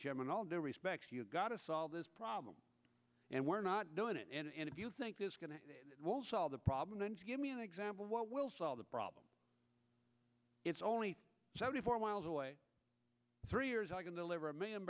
jim and all due respect to you've got to solve this problem and we're not doing it and if you think this is going to solve the problem then give me an example of what will solve the problem it's only seventy four miles away three years i can deliver a million